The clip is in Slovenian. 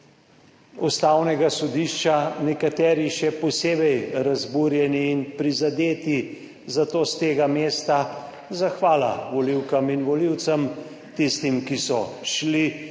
Ustavnega sodišča nekateri še posebej razburjeni in prizadeti, zato s tega mesta zahvala volivkam in volivcem, tistim, ki so šli